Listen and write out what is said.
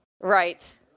right